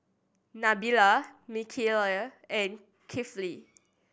Nabil Mikhail and Kefli